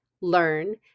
learn